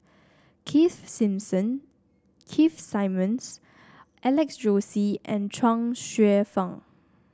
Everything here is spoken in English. Keith Keith Simmons Alex Josey and Chuang Hsueh Fang